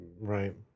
right